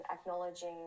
acknowledging